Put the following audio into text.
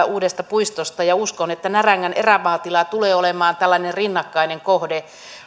uudesta puistosta ja uskon että närängän erämaatila tulee olemaan rinnakkainen kohde